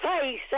face